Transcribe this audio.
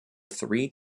three